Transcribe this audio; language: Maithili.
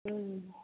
हूँ